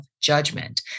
judgment